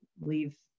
leave